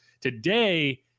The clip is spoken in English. today